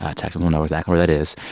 ah texans will know exactly where that is.